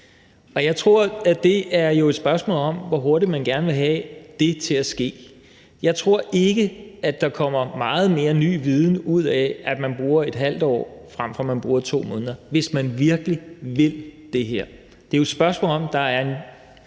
Jeg tror jo, at det er et spørgsmål om, hvor hurtigt man gerne vil have det til at ske. Jeg tror ikke, at der kommer meget mere ny viden ud af, at man bruger et halvt år, frem for man bruger 2 måneder, hvis man virkelig vil det her. Det er jo et spørgsmål, der handler